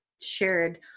shared